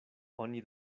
oni